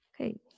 Okay